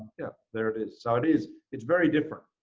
yeah, there it is. so it is it's very different.